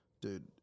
dude